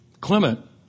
Clement